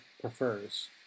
prefers